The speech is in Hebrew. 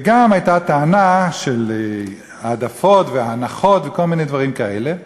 וגם הייתה טענה של העדפות והנחות וכל מיני דברים כאלה.